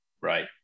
right